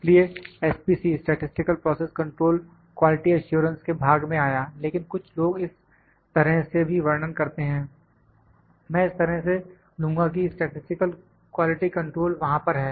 इसलिए SPC statistical process control quality assurance के भाग में आया लेकिन कुछ लोग इस तरह से भी वर्णन करते हैं मैं इस तरह से लूँगा कि स्टैटिसटिकल क्वालिटी कंट्रोल वहां पर है